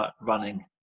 running